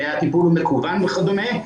שהטיפול הוא מקוון וכדומה,